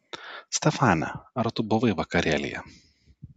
stefane ar tu buvai vakarėlyje